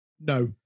No